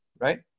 right